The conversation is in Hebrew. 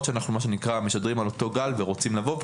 שאנחנו משדרים על אותו גל ורוצים לעבוד,